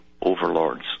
overlords